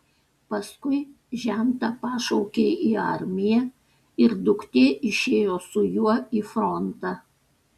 paskui žentą pašaukė į armiją ir duktė išėjo su juo į frontą